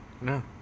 No